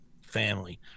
family